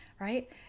right